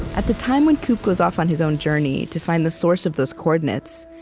at the time when coop goes off on his own journey to find the source of those coordinates,